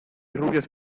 rubios